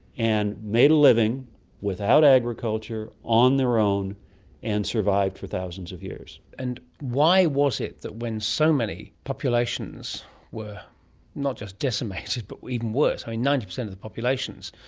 and made a living without agriculture on their own and survived for thousands of years. and why was it that when so many populations were not just decimated but even worse. i mean, ninety percent of the populations,